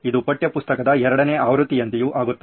ಇದು ಪಠ್ಯಪುಸ್ತಕದ ಎರಡನೇ ಆವೃತ್ತಿಯಂತೆಯೂ ಆಗುತ್ತದೆ